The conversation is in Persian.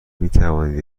میتوانید